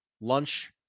lunch